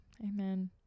amen